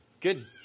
Good